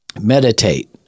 meditate